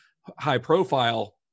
high-profile